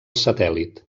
satèl·lit